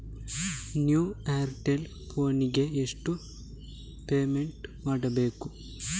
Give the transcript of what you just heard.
New Airtel plan ಗೆ ಎಷ್ಟು payment ಮಾಡ್ಬೇಕು?